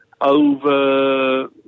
over